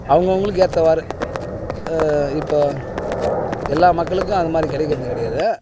அவங்கவுங்களுக்கு ஏற்றவாறு இப்போது எல்லா மக்களுக்கும் அதை மாதிரி கிடைக்கறது கிடையாது